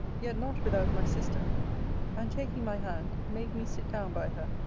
yet not without my sister and, taking my hand, made me sit down by her.